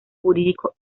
jurídicos